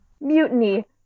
Mutiny